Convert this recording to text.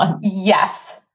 Yes